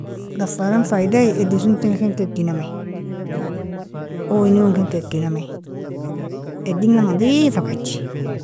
Dafarn faidai adie sontinga ken kikenami, oynigon ken kikenami, adinga nadifakje.